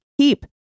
keep